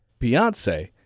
Beyonce